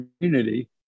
community